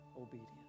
obedience